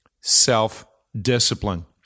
Self-discipline